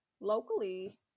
locally